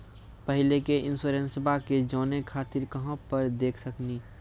पहले के इंश्योरेंसबा के जाने खातिर कहां पर देख सकनी?